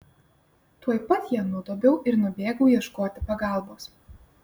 tuoj pat ją nudobiau ir nubėgau ieškoti pagalbos